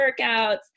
workouts